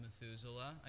Methuselah